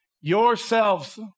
Yourselves